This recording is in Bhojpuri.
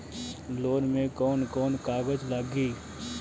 लोन में कौन कौन कागज लागी?